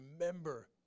remember